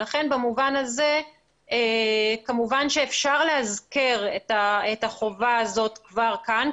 לכן במובן הזה כמובן שאפשר לאזכר את החובה הזאת כבר כאן,